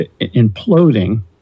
imploding